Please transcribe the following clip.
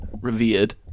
revered